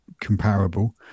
comparable